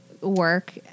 work